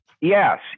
Yes